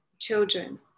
children